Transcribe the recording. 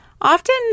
Often